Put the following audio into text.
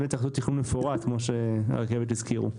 צריך לעשות תכנון מפורט, כמו שהרכבת הזכירו.